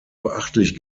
beachtlich